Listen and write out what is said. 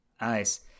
nice